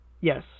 Yes